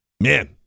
man